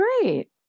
great